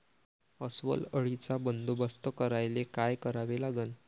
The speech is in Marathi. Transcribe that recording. अस्वल अळीचा बंदोबस्त करायले काय करावे लागन?